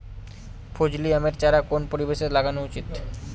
ফজলি আমের চারা কোন পরিবেশে লাগানো উচিৎ?